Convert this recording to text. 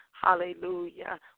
Hallelujah